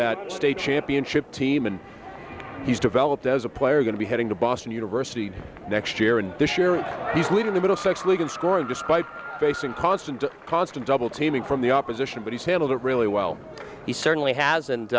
that state championship team and he's developed as a player going to be heading to boston university next year and this year and he's leading the middlesex we can score and despite facing constant constant double teaming from the opposition but he's handled it really well he certainly has and